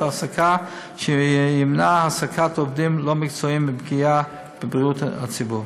העסקה שימנע העסקת עובדים לא מקצועיים ופגיעה בבריאות הציבור.